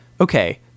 okay